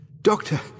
Doctor